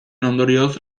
ondorioz